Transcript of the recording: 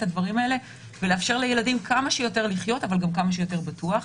הדברים האלה ולאפשר לילדים כמה שיותר לחיות אבל גם כמה שיותר בטוח.